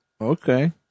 Okay